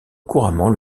couramment